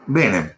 bene